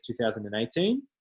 2018